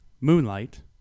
Moonlight